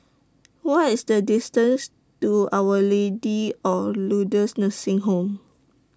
What IS The distance to Our Lady of Lourdes Nursing Home